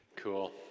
Cool